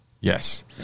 Yes